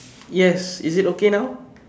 yes is it okay now